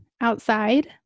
outside